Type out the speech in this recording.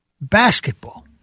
basketball